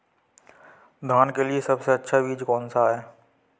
धान के लिए सबसे अच्छा बीज कौन सा है?